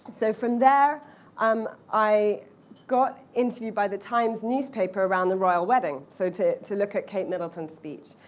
so from there um i got interviewed by the times newspaper around the royal wedding, so to to look at kate middleton's speech.